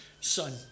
son